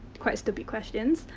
quite stupid questions.